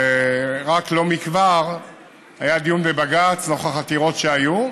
ורק לא מכבר היה דיון בבג"ץ נוכח עתירות שהיו.